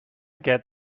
get